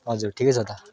हजुर ठिकै छ त